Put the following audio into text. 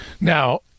Now